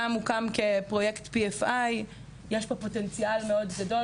גם הוא הוקם כפרויקט P.F.I. יש פה פוטנציאל גדול מאוד,